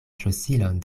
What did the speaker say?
ŝlosilon